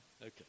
Okay